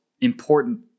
important